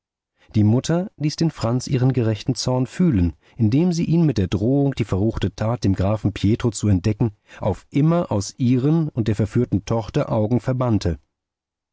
die mutter ließ den franz ihren gerechten zorn fühlen indem sie ihn mit der drohung die verruchte tat dem grafen pietro zu entdecken auf immer aus ihren und der verführten tochter augen verbannte